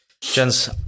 Gents